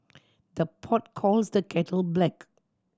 the pot calls the kettle black